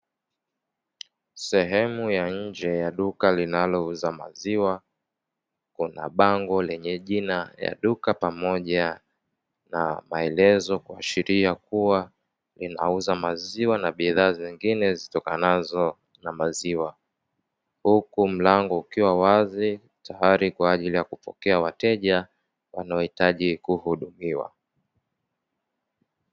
Sehemu ya nje ya duka linalouza maziwa, kuna bango lenye jina ya duka pamoja na maelezo kuashiria kuwa linauza maziwa na bidhaa zingine zitokanazo na maziwa; huku mlango ukiwa wazi tayari kwa ajili ya kupokea wateja wanaohitaji kuhudumiwa.